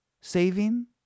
saving